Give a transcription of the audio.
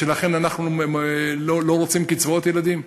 לכן אנחנו לא רוצים קצבאות ילדים?